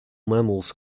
mammals